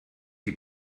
die